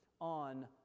on